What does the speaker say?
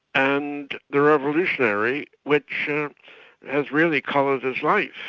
and the revolutionary, which has really coloured his life.